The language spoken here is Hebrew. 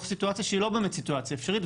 סיטואציה שהיא לא באמת סיטואציה אפשרית.